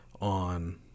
on